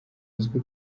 uzwi